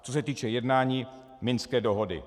Co se týče jednání, Minské dohody.